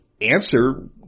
answer